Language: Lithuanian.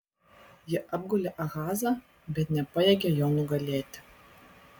jie apgulė ahazą bet nepajėgė jo nugalėti